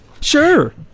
Sure